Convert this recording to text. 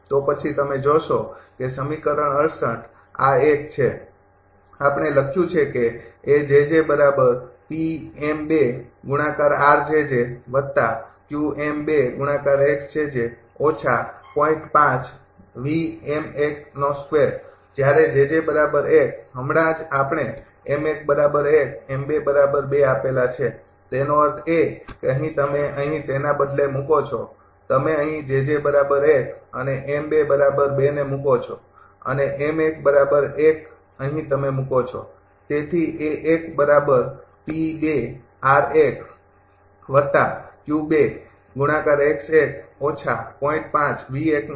તો પછી તમે જોશો કે સમીકરણ ૬૮ આ એક છે આપણે લખ્યું છે કે જ્યારે હમણાં જ આપણે આપેલા છે તેનો અર્થ એ કે અહીં તમે અહીં તેના બદલે મૂકો છો તમે અહીં અને ને મૂકો છો અને અહીં તમે મૂકો છો